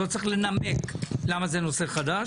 לא צריך לנמק למה זה נושא חדש.